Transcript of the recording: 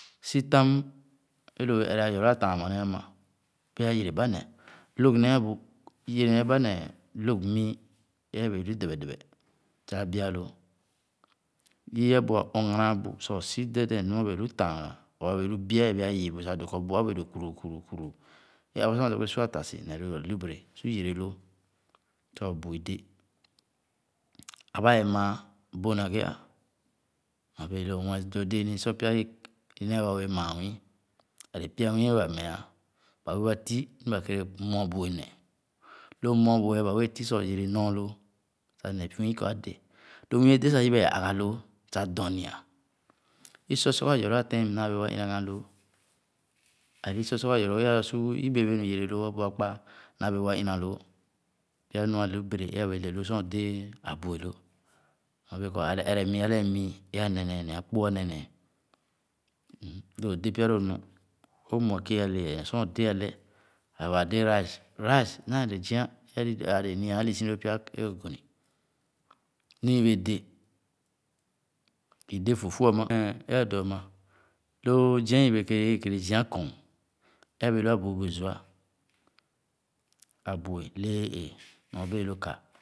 Sitam e lo òwee ere ayɔloo a’taan mani ama. bèè yere ba neh log nee abu, yere nee ba neh log mu è a’wee lu dɛbẹ dɛbɛ sah qbia loo. Yu a’bu a-ɔngana a’bu sah o’si dɛdɛɛn nu a’ wee lu taaghan or a’wee lu bi’e ebēē ayii bu sah doo kɔ bu’ā abēē dõõ kurhu kuruu kuruu e aba sor o’ dab ghe sua atasi ne ahubari su yere loo sah o’bui do. Aba ye maa boh na ghe a. Nyorbee lo mue lo dēē ni sor pya neewa wēē maa nwu, aue pya nwii ba mea ā, ba bēē wa u nu ba kèrè mu-abu’e neh. Lo mu-à buè ba bēē h sah ba yere nɔɔ loo sah nwii kɔ a’dè lo nwii è dè sah yibe ɛɛ agha lōō sah dɔma. I sɔsɔzɔ ayɔlōō a’ tɛɛn naa bee wa in a lōō. Ale isɔsɔzɔ ayɔ lōō ē, a su ibee bee nu yere loo, bu aukpa, naa bēē wa in a loo. Pya nu awe lu boreh è sor o’ dēē abu’e lo. Nyorbee kɔ alɛ ere mii, alɛɛ mii è ane nèè ne akpò ane nèè. Lōō o’dè pya lo nu, o’ mue kee ale yɛɛ sor o’de alɛ ne waa rice Rice naa le zia è ah, aa dēē ma ahisi lōō pya è ozone. Nu i wēē dè, i dè fufu ama, aan è àdōō ama, lōō zia i’ bēē kèrè è i’ kèrè zia kɔɔn è z’ wēē lu abui bu zua, abue lee è ēē nyor bēē lo kā.